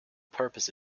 purpose